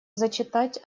зачитать